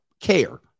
care